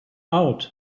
out